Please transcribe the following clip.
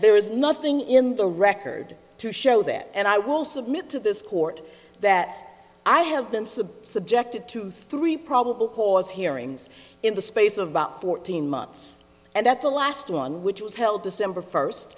there is nothing in the record to show that and i will submit to this court that i have been subjected to three probable cause hearing in the space of about fourteen months and at the last one which was held december first